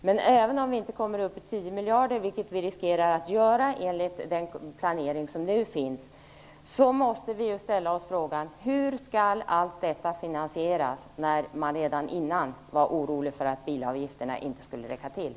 Men även om den inte gör det, vilket vi riskerar enligt den planering som nu finns, måste vi ställa oss frågan: Hur skall allt detta finansieras, när man redan innan var orolig för att bilavgifterna inte skulle räcka till?